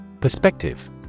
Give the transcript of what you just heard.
Perspective